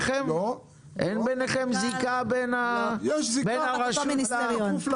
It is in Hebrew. אין זיקה בין הרשות לחדשנות למשרד המדע?